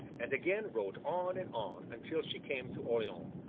and again rode on and on, until she came to orleans.